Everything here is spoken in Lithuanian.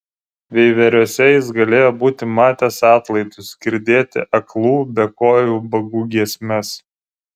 veiveriuose jis galėjo būti matęs atlaidus girdėti aklų bekojų ubagų giesmes